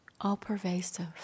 all-pervasive